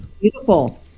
beautiful